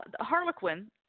Harlequin –